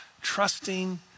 trusting